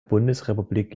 bundesrepublik